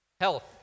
Health